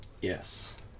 Yes